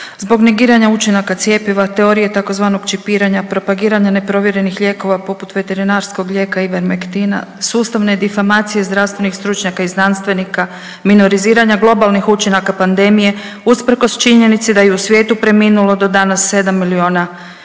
zbog negiranja učinaka cjepiva, teorije tzv. čipiranja, propagiranja neprovjerenih lijekova poput veterinarskog lijeka Ivermektina, sustavne difamacije zdravstvenih stručnjaka i znanstvenika, minoriziranja globalnih učinaka pandemije usprkos činjenici da je u svijetu preminulo do danas 7 milijona ljudi sa